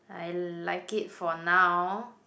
I like it for now